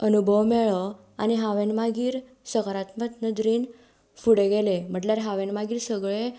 अनुभव मेळ्ळो आनी हांवें मागीर सकारात्मक नदरेन फुडें गेलें म्हटल्यार हांवें मागीर सगळें